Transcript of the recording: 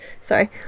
sorry